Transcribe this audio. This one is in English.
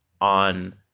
on